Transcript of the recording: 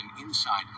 inside